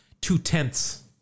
two-tenths